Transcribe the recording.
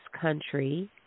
country